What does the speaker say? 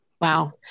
Wow